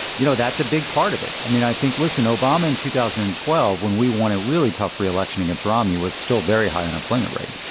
you know, that's a big part of it. i mean, i think, listen, obama in two thousand and twelve, when we want a really tough re-election, he gets romney with still very high unemployment rate.